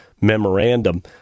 memorandum